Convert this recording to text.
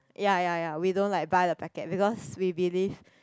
ya ya ya we don't like buy the packet because we believe